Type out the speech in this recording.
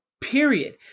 period